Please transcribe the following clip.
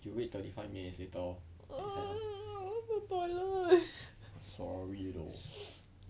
you wait thirty five minutes later lor then can sorry loh